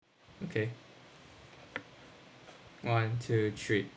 okay one two three